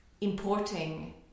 importing